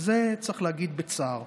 את זה צריך להגיד בצער.